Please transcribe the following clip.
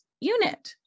unit